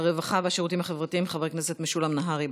הרווחה והשירותים החברתיים חבר הכנסת משולם נהרי,